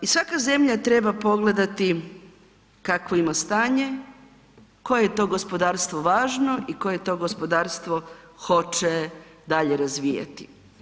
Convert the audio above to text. I svaka zemlja treba pogledati kakvo ima stanje, koje je to gospodarstvo važno i koje to gospodarstvo hoće dalje razvijati.